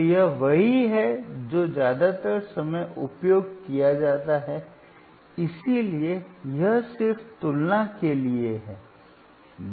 तो यह वही है जो ज्यादातर समय उपयोग किया जाता है इसलिए यह सिर्फ तुलना के लिए है